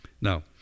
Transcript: Now